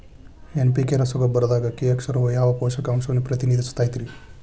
NPK ರಸಗೊಬ್ಬರದಾಗ K ಅಕ್ಷರವು ಯಾವ ಪೋಷಕಾಂಶವನ್ನ ಪ್ರತಿನಿಧಿಸುತೈತ್ರಿ?